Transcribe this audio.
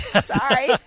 Sorry